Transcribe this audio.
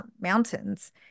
mountains